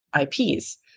IPs